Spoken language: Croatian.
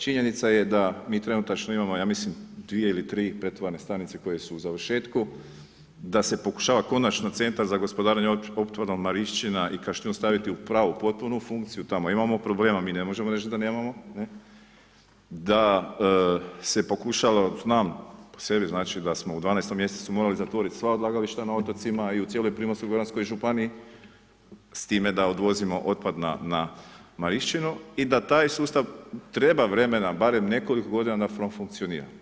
Činjenica je da mi trenutačno imamo ja mislim dvije ili tri pretovarne stanice koje su u završetku, da se pokušava konačno Centar za gospodarenje otpadom Marišćina i Kašljun staviti u pravu potpunu funkciju, tamo imamo problema, mi ne možemo reći da nemamo, da se pokušalo, znam po sebi, znači da smo u 12 mjesecu morali zatvoriti sva odlagališta na otocima i u cijeloj Primorsko-goranskoj županiji s time da odvozimo otpad na Marišćinu i da taj sustav treba vremena barem nekoliko godina da profunkcionira.